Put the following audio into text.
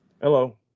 hello